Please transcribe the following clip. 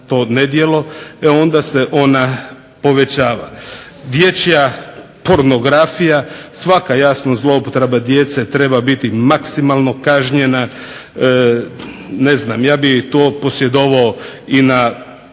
to nedjelo onda se ona povećava. Dječja pornografija, svaka jasno zloupotreba djece treba biti maksimalno kažnjena, ne znam ja bih to i na posjedovanje